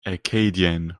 acadian